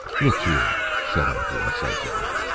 look here, said arthur incisively.